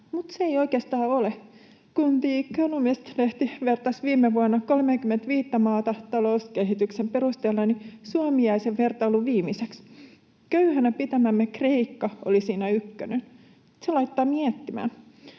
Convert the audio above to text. mutta se ei oikeastaan ole. Kun The Economist ‑lehti vertasi viime vuonna 35:tä maata talouskehityksen perusteella, niin Suomi jäi sen vertailun viimeiseksi. Köyhänä pitämämme Kreikka oli siinä ykkönen. Se laittaa miettimään.